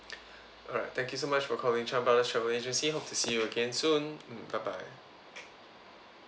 alright thank you so much for calling chan brother travel agency hope to see you again soon mm bye bye